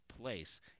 place